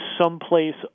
someplace